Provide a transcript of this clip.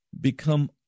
Become